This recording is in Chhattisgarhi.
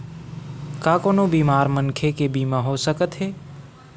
का कोनो बीमार मनखे के बीमा हो सकत हे?